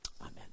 Amen